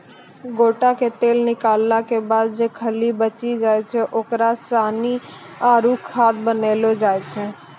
गोटा से तेल निकालो के बाद जे खल्ली बची जाय छै ओकरा सानी आरु खाद बनैलो जाय छै